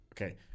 Okay